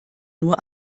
nur